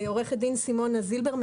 אני עורכת דין סימונה זילבר,